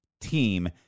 team